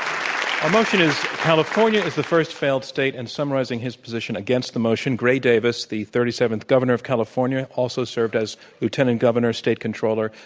um california is the first failed state, and summarizing his position against the motion, gray davis, the thirty seventh governor of california, also served as lieutenant governor, state controller,